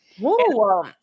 Whoa